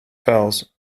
fells